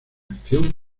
acción